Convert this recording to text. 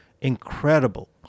incredible